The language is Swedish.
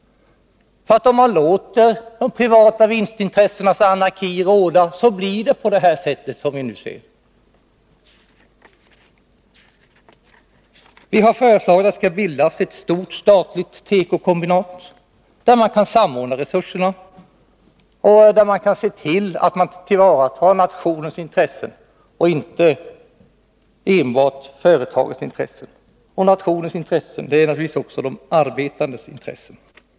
Om man låter de privata vinstintressenas anarki Nr 167 råda blir det på detta sätt, som vi nu ser det. Vi har därför föreslagit att det : 5 5 Måndagen den skall bildas ett stort statligt tekokombinat, där man kan samordna resurserna - z ; jz : 7 juni 1982 och se till att tillvarata nationens intressen och inte enbart företagets intressen. Nationens intressen är ju naturligtvis också de arbetandes intressen.